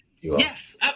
Yes